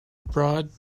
broad